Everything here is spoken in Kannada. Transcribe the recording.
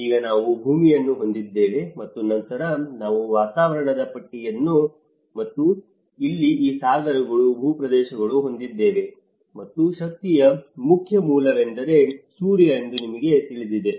ಈಗ ನಾವು ಭೂಮಿಯನ್ನು ಹೊಂದಿದ್ದೇವೆ ಮತ್ತು ನಂತರ ನಾವು ವಾತಾವರಣದ ಪಟ್ಟಿಯನ್ನು ಮತ್ತು ಇಲ್ಲಿ ಈ ಸಾಗರಗಳು ಭೂಪ್ರದೇಶಗಳು ಹೊಂದಿದ್ದೇವೆ ಮತ್ತು ಶಕ್ತಿಯ ಮುಖ್ಯ ಮೂಲವೆಂದರೆ ಸೂರ್ಯ ಎಂದು ನಿಮಗೆ ತಿಳಿದಿದೆ